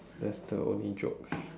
that's the only joke